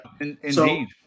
Indeed